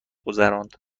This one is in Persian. گذراند